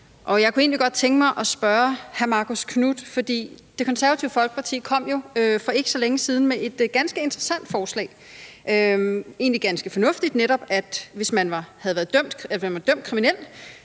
egentlig godt tænke mig at stille hr. Marcus Knuth et spørgsmål. Det Konservative Folkeparti kom jo for ikke så længe siden med et ganske interessant forslag, som egentlig var ganske fornuftigt: Hvis man var dømt kriminel,